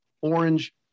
orange